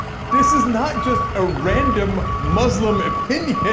this is not just a random muslim opinion